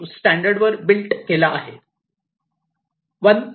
1Q standard वर built केला आहे